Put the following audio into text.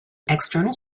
external